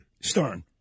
Stern